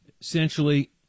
Essentially